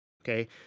Okay